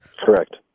Correct